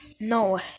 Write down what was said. no